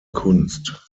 kunst